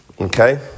Okay